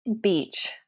Beach